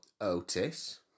Otis